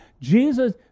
Jesus